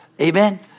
Amen